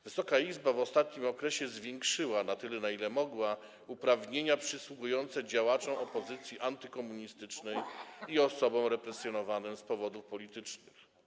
Wysoka Izba w ostatnim okresie zwiększyła na tyle, na ile mogła, uprawnienia przysługujące działaczom opozycji antykomunistycznej i osobom represjonowanym z powodów politycznych.